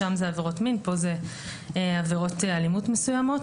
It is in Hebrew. שם זה עבירות מין, פה זה עבירות אלימות מסוימות.